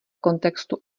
kontextu